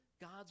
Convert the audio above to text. God's